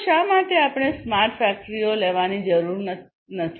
તો શા માટે આપણે સ્માર્ટ ફેક્ટરીઓ લેવાની જરૂર નથી